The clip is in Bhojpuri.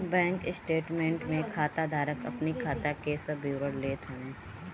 बैंक स्टेटमेंट में खाता धारक अपनी खाता के सब विवरण लेत हवे